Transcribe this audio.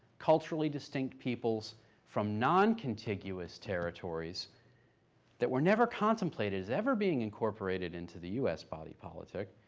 culturally distinct peoples from non-contiguous territories that were never contemplated as ever being incorporated into the u s. body politic,